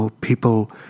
people